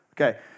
Okay